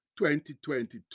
2022